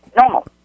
normal